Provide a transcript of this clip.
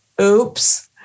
Oops